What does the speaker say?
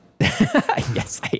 Yes